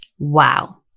Wow